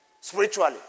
spiritually